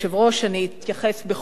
אני אתייחס בכל זאת